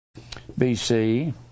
BC